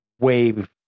wave